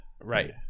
Right